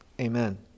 Amen